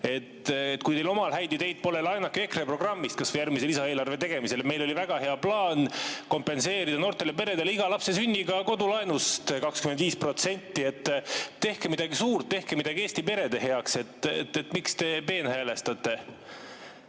teil omal häid ideid pole, laenake EKRE programmist kas või järgmise lisaeelarve tegemisel. Meil oli väga hea plaan kompenseerida noortele peredele iga lapse sünni korral kodulaenust 25%. Tehke midagi suurt, tehke midagi Eesti perede heaks! Miks te peenhäälestate?